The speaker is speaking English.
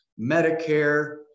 Medicare